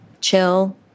chill